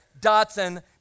Datsun